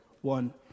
one